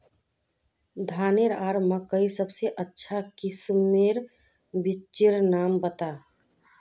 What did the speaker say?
धानेर आर मकई सबसे अच्छा किस्मेर बिच्चिर नाम बता?